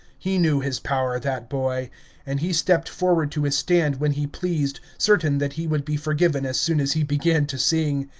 he knew his power, that boy and he stepped forward to his stand when he pleased, certain that he would be forgiven as soon as he began to sing.